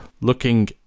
looking